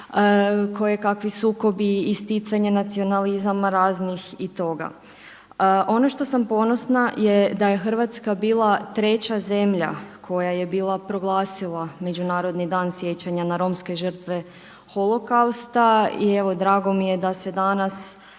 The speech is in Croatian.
kojekakvi sukobi, isticanje nacionalizama raznih i toga. Ono što sam ponosna je da je Hrvatska bila treća zemlja koja je bila proglasila Međunarodni dan sjećanja na romske žrtve Holokausta. I evo danas drago mi je da se danas